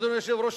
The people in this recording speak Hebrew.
אדוני היושב-ראש,